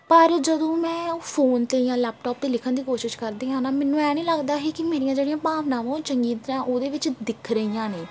ਪਰ ਜਦੋਂ ਮੈਂ ਫੋਨ 'ਤੇ ਜਾਂ ਲੈਪਟੋਪ 'ਤੇ ਲਿਖਣ ਦੀ ਕੋਸ਼ਿਸ਼ ਕਰਦੀ ਹਾਂ ਨਾ ਮੈਨੂੰ ਐਂ ਨਹੀਂ ਲੱਗਦਾ ਸੀ ਕਿ ਮੇਰੀਆਂ ਜਿਹੜੀਆਂ ਭਾਵਨਾਵਾਂ ਉਹ ਚੰਗੀ ਤਰਾਂ ਉਹਦੇ ਵਿੱਚ ਦਿਖ ਰਹੀਆਂ ਨੇ